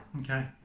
Okay